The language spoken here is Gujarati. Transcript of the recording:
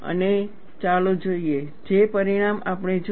અને ચાલો જોઈએ જે પરિણામ આપણે જોયું